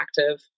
active